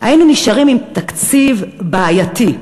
היינו נשארים עם תקציב בעייתי,